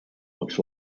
much